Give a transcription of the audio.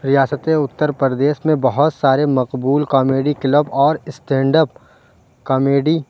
ریاستِ اُتر پردیش میں بہت سارے مقبول کامیڈی کلب اور اسٹینڈ اپ کامیڈی